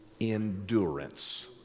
endurance